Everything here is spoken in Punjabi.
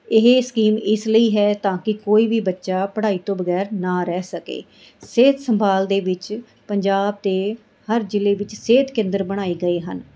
ਇਹ ਸਕੀਮ ਇਸ ਲਈ ਹੈ ਤਾਂ ਕੀ ਕੋਈ ਵੀ ਬੱਚਾ ਪੜ੍ਹਾਈ ਤੋਂ ਵਗੈਰ ਨਾ ਰਹਿ ਸਕੇ ਸਿਹਤ ਸੰਭਾਲ ਦੇ ਵਿੱਚ ਪੰਜਾਬ ਅਤੇ ਹਰ ਜ਼ਿਲ੍ਹੇ ਵਿੱਚ ਸਿਹਤ ਕੇਂਦਰ ਬਣਾਏ ਗਏ ਹਨ